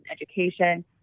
education